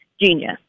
genius